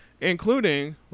including